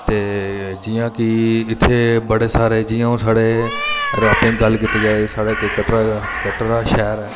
ते जि'यां की इत्थें बड़े सारे जि'यां की हून साढ़े आपें दी गल्ल कीती जाए साढ़े कटरा शैह्र ऐ